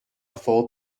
full